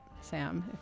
Sam